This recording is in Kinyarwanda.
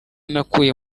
nakuye